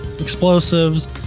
explosives